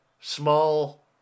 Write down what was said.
small